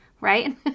right